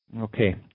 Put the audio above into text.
Okay